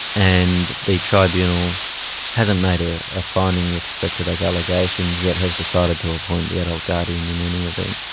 and the tribunal hasn't made a finding with respect to those allegations, yet has decided to appoint the adult guardian in any event.